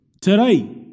Today